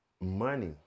money